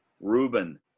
Ruben